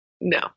No